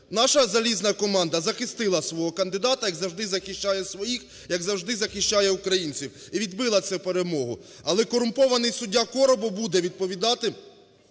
Наша залізна команда захистила свого кандидата, як завжди захищає своїх, як завжди захищає українців, і відбила цю перемогу. Але корумпований суддяКоробов буде відповідати